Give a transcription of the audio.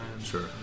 Sure